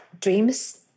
dreams